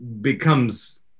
becomes